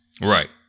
Right